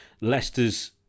Leicester's